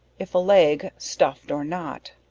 if a leg, stuffed or not,